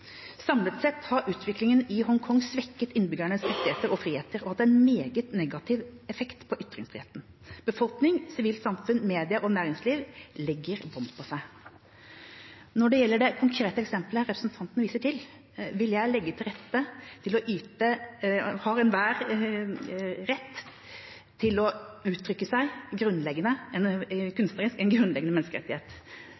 Samlet sett har utviklingen i Hongkong svekket innbyggernes rettigheter og friheter og hatt en meget negativ effekt på ytringsfriheten. Befolkning, sivilt samfunn, media og næringsliv legger bånd på seg. Når det gjelder det konkrete eksemplet representanten viser til, har enhver rett til å uttrykke seg kunstnerisk. Det er en grunnleggende menneskerettighet. Det omfatter også retten til å ytre seg